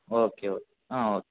okay okay